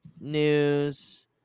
news